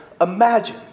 imagine